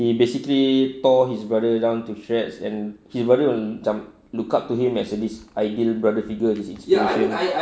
he basically tore his brother down to shreds and his brother will macam lookout to him as this ideal brother figure in his illusion